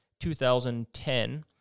2010